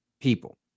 people